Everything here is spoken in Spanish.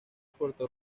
puerto